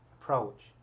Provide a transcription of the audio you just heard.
approach